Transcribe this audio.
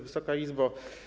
Wysoka Izbo!